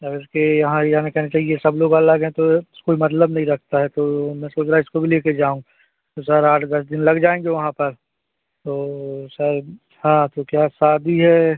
अब इसके यहाँ याने कहना चाहिए ये सब लोग अलग हैं तो कोई मतलब नहीं रखता है तो मैं सोच रहा इसको भी ले कर जाऊँ तो सर आठ दस दिन लग जाएँगे वहाँ पर तो सर हाँ तो क्या शादी है